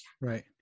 right